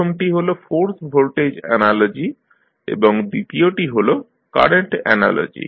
প্রথমটি হল force voltage analogy এবং দ্বিতীয়টি হল কারেন্ট অ্যানালজি